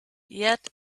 yet